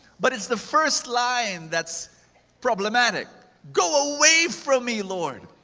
but it's the first line that's problematic. go away from me, lord!